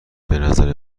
نظر